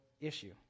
issue